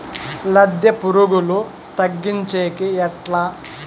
లద్దె పులుగులు తగ్గించేకి ఎట్లా?